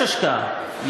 יש השקעה.